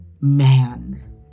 man